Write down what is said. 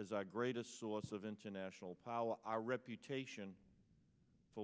as our greatest source of international power our reputation for